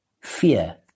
fear